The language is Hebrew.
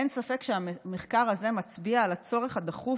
אין ספק שהמחקר הזה מצביע על הצורך הדחוף